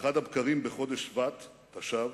באחד הבקרים בחודש שבט תש"ב,